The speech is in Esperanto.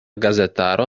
gazetaro